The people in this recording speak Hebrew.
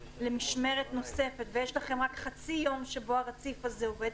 למשמרת נוספת ויש לכם רק חצי יום שבו הרציף הזה עובד,